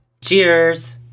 Cheers